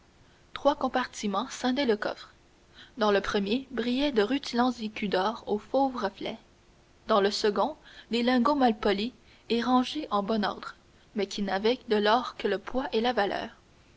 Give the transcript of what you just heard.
trois compartiments scindaient le coffre dans le premier brillaient de rutilants écus d'or aux fauves reflets dans le second des lingots mal polis et rangés en bon ordre mais qui n'avaient de l'or que le poids et la valeur